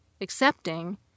accepting